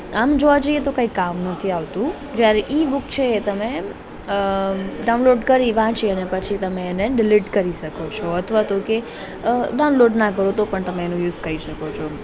આમ જોવા જઈએ તો કંઈ કામ નથી આવતું જ્યારે ઈ બુક છે એ તમે ડાઉનલોડ કરી વાંચી અને પછી તમે એને ડિલીટ કરી શકો છો અથવા તો કે ડાઉનલોડ ન કરો તો પણ તમે એને યુઝ કરી શકો છો